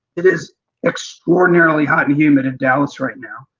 it is extraordinarily hot and humid in dallas right now.